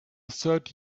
third